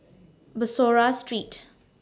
Bussorah Street